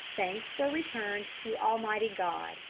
thanks were returned to almighty god,